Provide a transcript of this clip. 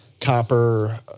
copper